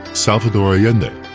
salvador allende.